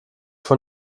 von